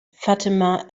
fatima